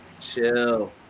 Chill